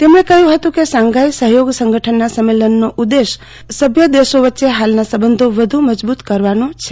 તેમણે કહ્યું હતું કે સાંઘાઈ સહયોગ સંગઠનના સંમેલનનો ઉદ્દેશ્ય સભ્ય દેશો વચ્ચે હાલના સંબંધો વ્ધુ મજબુત કરવાનો છે